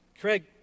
Craig